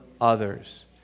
others